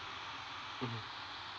mmhmm